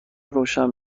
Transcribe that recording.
روشن